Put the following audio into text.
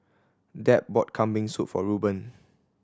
Deb bought Kambing Soup for Rueben